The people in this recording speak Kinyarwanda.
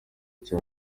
cya